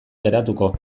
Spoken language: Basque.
geratuko